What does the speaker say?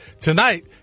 tonight